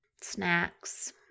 Snacks